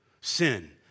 Sin